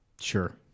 Sure